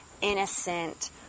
innocent